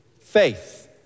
Faith